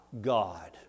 God